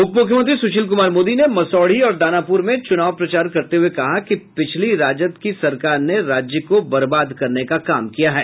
उपमुख्यमंत्री सुशील कुमार मोदी ने मसौढ़ी और दानापुर में चुनाव प्रचार करते हुए कहा कि पिछली राजद की सरकार ने राज्य को बर्बाद करने का काम किया है